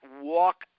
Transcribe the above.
walk